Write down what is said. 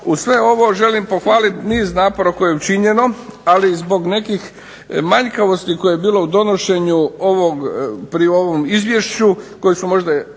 uz sve ovo želim pohvaliti niz napora koje je učinjeno ali zbog nekih manjkavosti koje je bilo u donošenju pri ovom izvješću koje su možda